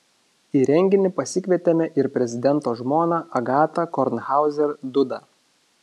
į renginį pasikvietėme ir prezidento žmoną agatą kornhauzer dudą